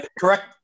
correct